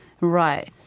Right